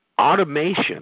automation